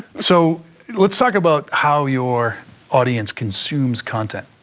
so let's talk about how your audience consumes content.